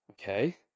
Okay